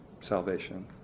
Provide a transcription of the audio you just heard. salvation